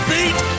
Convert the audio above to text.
beat